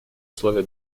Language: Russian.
условия